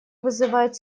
вызывает